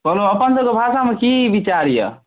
कहलहुँ अपनसभके भाषामे की विचार यए